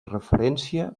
referència